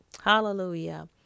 Hallelujah